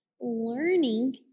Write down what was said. learning